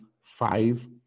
five